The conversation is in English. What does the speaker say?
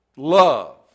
love